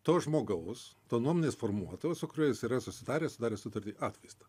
to žmogaus to nuomonės formuotojo su kuriuo jis yra susitaręs sudaręs sutartį atvaizdą